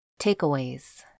Takeaways